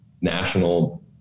national